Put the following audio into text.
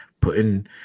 putting